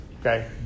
Okay